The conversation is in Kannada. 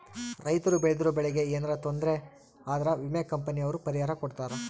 ರೈತರು ಬೆಳ್ದಿರೋ ಬೆಳೆ ಗೆ ಯೆನರ ತೊಂದರೆ ಆದ್ರ ವಿಮೆ ಕಂಪನಿ ಅವ್ರು ಪರಿಹಾರ ಕೊಡ್ತಾರ